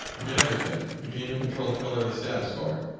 you get everything. you can even control the color of the status bar.